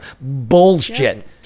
bullshit